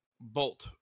bolt